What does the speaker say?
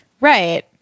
Right